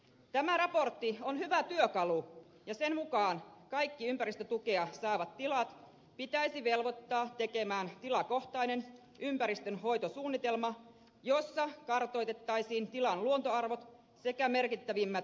tämä raportti on hyvä työkalu ja sen mukaan kaikki ympäristötukea saavat tilat pitäisi velvoittaa tekemään tilakohtainen ympäristönhoitosuunnitelma jossa kartoitettaisiin tilan luontoarvot sekä merkittävimmät ympäristöriskit